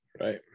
Right